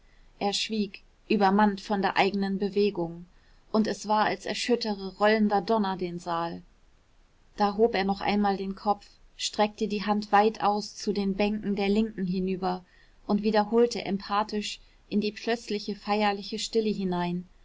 er schwieg übermannt von der eigenen bewegung und es war als erschüttere rollender donner den saal da hob er noch einmal den kopf streckte die hand weit aus zu den bänken der linken hinüber und wiederholte emphatisch in die plötzliche feierliche stille hinein